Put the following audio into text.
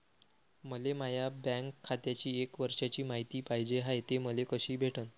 मले माया बँक खात्याची एक वर्षाची मायती पाहिजे हाय, ते मले कसी भेटनं?